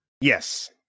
yes